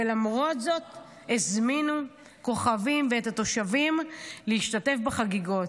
ולמרות זאת הזמינו כוכבים ואת התושבים להשתתף בחגיגות.